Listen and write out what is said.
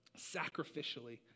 Sacrificially